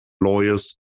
lawyers